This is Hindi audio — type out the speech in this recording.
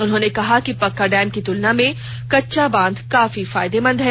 उन्होंने कहा कि पक्का डैम की तुलना में कच्चा बांध काफी फायदेमंद है